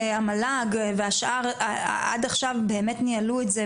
המל"ג והשאר עד עכשיו ניהלו את זה